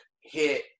hit